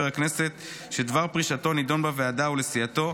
הכנסת שדבר פרישתו נדון בוועדה ולסיעתו,